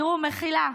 מחילה,